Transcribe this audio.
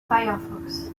firefox